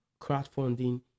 crowdfunding